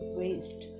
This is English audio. waste